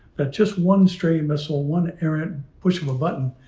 that just one straight missile, one errant push of a button,